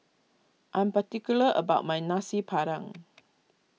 I am particular about my Nasi Padang